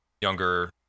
younger